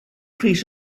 pris